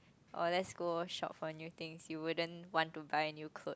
or let's go shop for new things you wouldn't want to buy new clothes